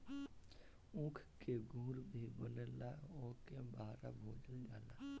ऊख से गुड़ भी बनेला ओहुके बहरा भेजल जाला